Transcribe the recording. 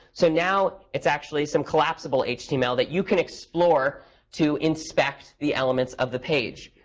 so now it's actually some collapsible html that you can explore to inspect the elements of the page.